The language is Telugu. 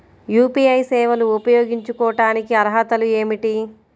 యూ.పీ.ఐ సేవలు ఉపయోగించుకోటానికి అర్హతలు ఏమిటీ?